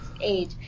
age